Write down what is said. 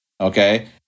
okay